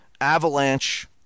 Avalanche